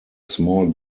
small